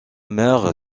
mère